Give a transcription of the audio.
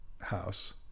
house